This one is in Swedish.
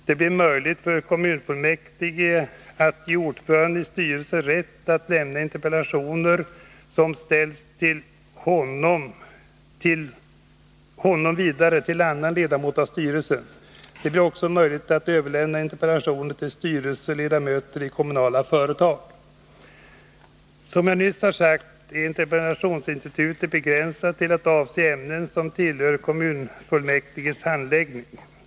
Det blev möjligt för kommunfullmäktige att ge ordföranden i styrelsen rätt att lämna interpellationer som ställts till honom vidare till andra ledamöter av styrelsen. Det blev också möjligt att överlämna interpellationer till styrelseledamöter i kommunala företag. Som jag nyss har sagt är interpellationsinstitutet begränsat till att avse ämnen som tillhör kommunfullmäktiges handläggning.